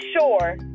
sure